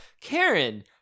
Karen